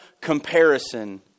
comparison